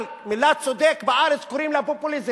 אבל המלה "צודק", בארץ קוראים לה פופוליזם.